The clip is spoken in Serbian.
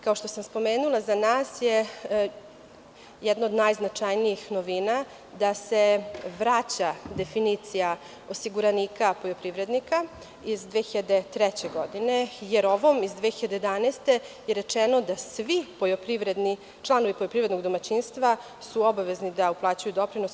Kao što sam spomenula, za nas je jedna od najznačajnijih novina da se vraća definicija osiguranika poljoprivrednika iz 2003. godine, jer ovom iz 2011. godine je rečeno da svi članovi poljoprivrednog domaćinstva su da uplaćuju doprinos.